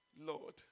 Lord